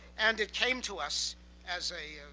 and it came to us as a